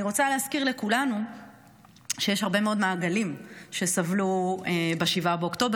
אני רוצה להזכיר לכולנו שיש הרבה מאוד מעגלים שסבלו ב-7 באוקטובר.